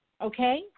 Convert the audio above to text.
okay